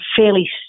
fairly